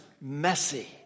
messy